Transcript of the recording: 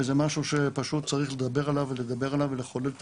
וזה משהו שפשוט צריך לדבר עליו ולחולל את